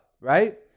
right